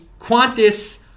Qantas